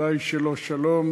כמו